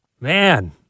Man